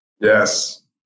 Yes